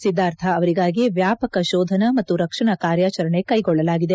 ಸಿದ್ದಾರ್ಥ ಅವರಿಗಾಗಿ ವ್ಯಾಪಕ ಶೋಧನ ಮತ್ತು ರಕ್ಷಣಾ ಕಾರ್ಯಾಚರಣೆ ಕೈಗೊಳ್ಳಲಾಗಿದೆ